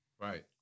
Right